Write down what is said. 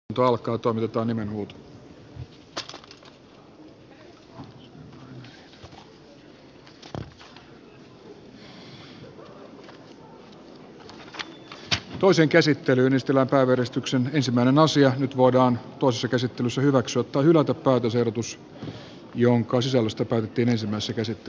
nyt toisen käsittelyn estellä päivystyksen ensimmäinen asia nyt voidaan hyväksyä tai hylätä päätösehdotus jonka sisällöstä päätettiin ensimmäisessä käsittelyssä